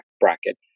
bracket